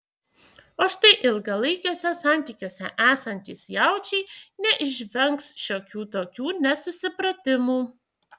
o štai ilgalaikiuose santykiuose esantys jaučiai neišvengs šiokių tokių nesusipratimų